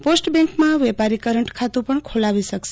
post બેન્કમાં વેપારી current ખાતુ પણ ખોલાવી શકશે